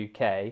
UK